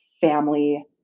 family